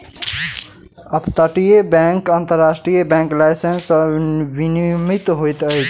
up तटीय bank अन्तर्राष्ट्रीय bank license सॅ विनियमित होइत अछि